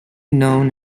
known